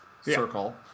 circle